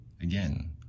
Again